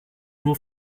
nur